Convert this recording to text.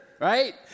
right